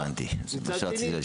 מצד שני,